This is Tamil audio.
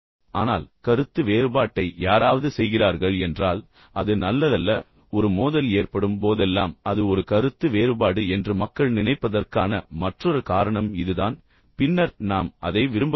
ஆனால் கருத்து வேறுபாட்டை யாராவது செய்கிறார்கள் என்றால் அது நல்லதல்ல ஒரு மோதல் ஏற்படும் போதெல்லாம் அது ஒரு கருத்து வேறுபாடு என்று மக்கள் நினைப்பதற்கான மற்றொரு காரணம் இதுதான் பின்னர் நாம் அதை விரும்பக்கூடாது